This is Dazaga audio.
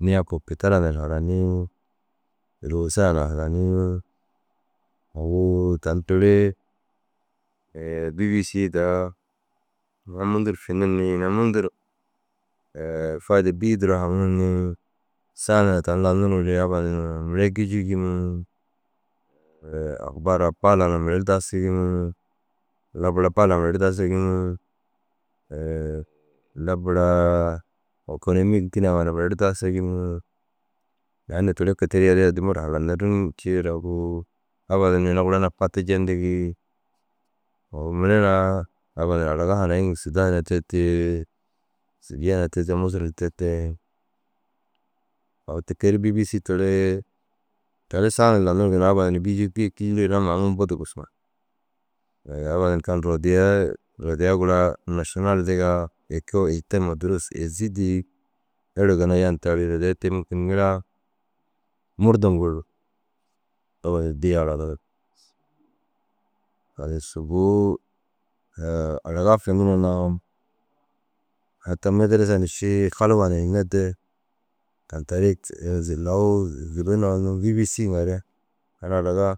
niya kopitalaa na haranii luusa na haranii. Agu tani toorei bîbisii daa ina mundu ru finir ni ina mundu ru fayide bîi duro haŋir ni saa niraa tani lanuruure abba nuruu mire gîjiigi ni ahubara ba na mire ru daasigi ni. Labara ba na mire ru daasigi ni laburaa êkomi dîne ŋa na mire ru daasigi ni. Tani neere kei teru yalii addimuu ru haranir ni ciiru agu abba nuruu ina gura na fatu jendigii au mire na abba nuruu araga hariyiŋi sûdan na tedee, Sûdiye na tedee, Musur na tedee. Au tike ru bîbisii teere tani saa nuruu lanuruu ginna abba nuruu gîjuug, gii kîyuure naman aŋ bu digisu. abba nuruu kan rodiyaa rodiya gura našinal indigaa eke wu eke huma durusu êzi dîi êre ginna yan tarii rodiye te mûnkin ŋila murdom gor abba nuruu dii haranirig. Halas subuu araga finiruu na hataa mederesa ši haluwa na hinnede tan teerei lau zûlon a unnu bîbisii ŋa re tani araga